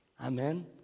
Amen